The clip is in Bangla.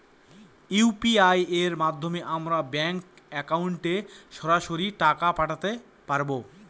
ইউ.পি.আই এর মাধ্যমে আমরা ব্যাঙ্ক একাউন্টে সরাসরি টাকা পাঠাতে পারবো?